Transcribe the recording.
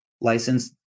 license